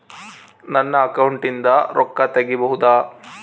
ನನ್ನ ಅಕೌಂಟಿಂದ ರೊಕ್ಕ ತಗಿಬಹುದಾ?